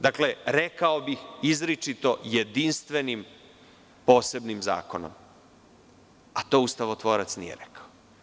Dakle, rekao bi – izričito jedinstvenim posebnim zakonom, a to ustavotvorac nije rekao.